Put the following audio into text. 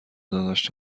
داداش